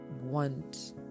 want